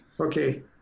Okay